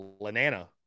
Lanana